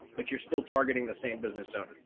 but you're still targeting the same business owner,